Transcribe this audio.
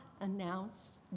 announce